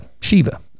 Shiva